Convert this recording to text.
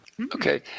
Okay